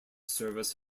service